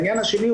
העניין השני,